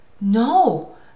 No